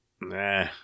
Nah